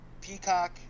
Peacock